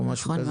נכון.